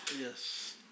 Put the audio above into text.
Yes